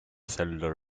cellular